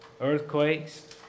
earthquakes